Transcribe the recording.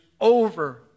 over